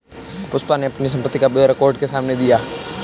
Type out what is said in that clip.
पुष्पा ने अपनी संपत्ति का ब्यौरा कोर्ट के सामने दिया